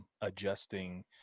adjusting